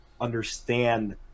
understand